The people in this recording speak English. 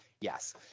Yes